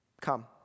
come